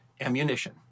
ammunition